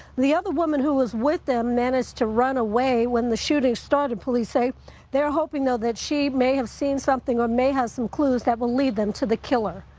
the other woman who is with them managed to run away when the shooting started, police say. they're hoping, though, she may have seen something or may have some clues that will lead them to the killer.